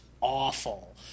awful